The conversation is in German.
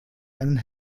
einen